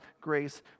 grace